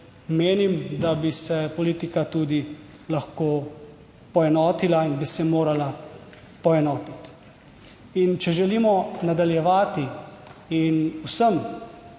menim, da bi se politika tudi lahko poenotila in bi se morala poenotiti. In če želimo nadaljevati in vsem